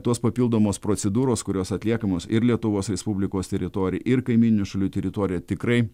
tos papildomos procedūros kurios atliekamos ir lietuvos respublikos teritorijoj ir kaimyninių šalių teritorijoj tikrai